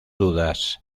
dudas